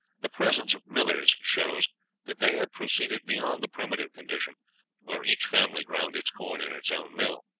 the presence of millers shows that they had proceeded beyond the primitive condition where each family ground its corn in its own mill.